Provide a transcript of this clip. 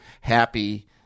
happy